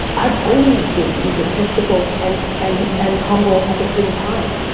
i've always been egotistical and and and humble at the same time.